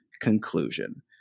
conclusion